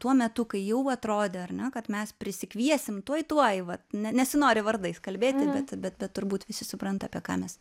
tuo metu kai jau atrodė ar ne kad mes prisikviesim tuoj tuoj vat ne nesinori vardais kalbėti bet bet bet turbūt visi supranta apie ką mes